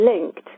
linked